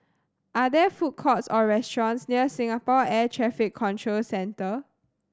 are there food courts or restaurants near Singapore Air Traffic Control Centre